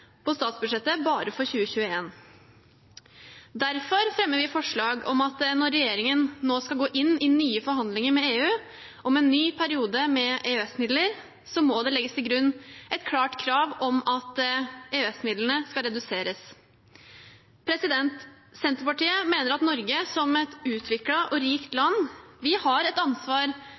på statsbudsjettet bare for 2021. Derfor fremmer vi forslag om at det, når regjeringen nå skal gå inn i nye forhandlinger med EU om en ny periode med EØS-midler, må legges til grunn et klart krav om at EØS-midlene skal reduseres. Senterpartiet mener at Norge som et utviklet og rikt land har et ansvar